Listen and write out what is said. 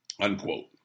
Unquote